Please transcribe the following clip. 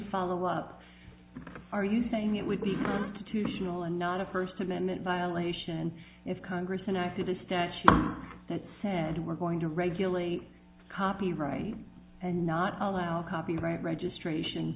follow up are you saying it would be too small and not a first amendment violation if congress enacted a statute that said we're going to ideally copyright and not allow copyright registration